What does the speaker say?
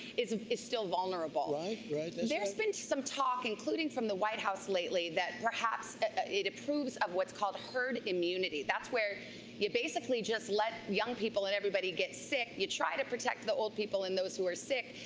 is ah is still vulnerable. like right, right. there's been some talk including from the white house lately that perhaps it approves of what's called herd immunity, that's where you basically just let young people and everybody get sick, you try to protect the old people and those who are sick,